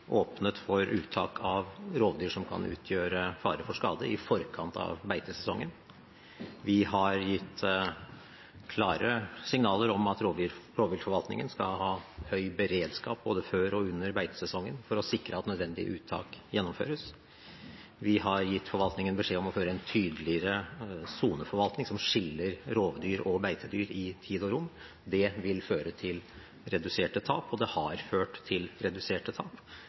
åpnet for uttak av rovdyr som kan utgjøre fare for skade i forkant av beitesesongen. Vi har gitt klare signaler om at rovviltforvaltningen skal ha høy beredskap både før og under beitesesongen for å sikre at nødvendig uttak gjennomføres. Vi har gitt forvaltningen beskjed om å føre en tydeligere soneforvaltning som skiller rovdyr og beitedyr i tid og rom. Det vil føre til reduserte tap, og det har ført til reduserte tap,